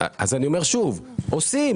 אני אומר שוב שעושים,